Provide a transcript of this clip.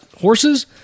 horses